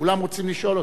כולם רוצים לשאול אותך.